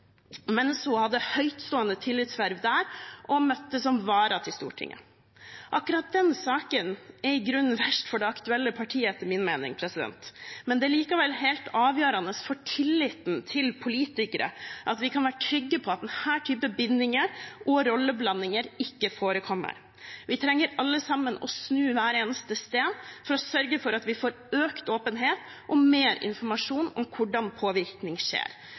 mens hun hadde et høytstående tillitsverv der og møtte som vara til Stortinget. Akkurat den saken er i grunnen verst for det aktuelle partiet, etter min mening, men det er likevel helt avgjørende for tilliten til politikere at vi kan være trygge på at denne typen bindinger og rolleblandinger ikke forekommer. Vi trenger alle sammen å snu hver eneste sten for å sørge for økt åpenhet og mer informasjon om hvordan påvirkning skjer.